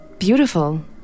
Beautiful